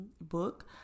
book